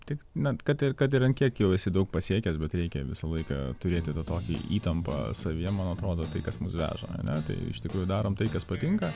tik na kad ir kad ir ant kiek jau esi daug pasiekęs bet reikia visą laiką turėti tą tokią įtampą savyje man atrodo tai kas mus veža ar ne tai iš tikrųjų darom tai kas patinka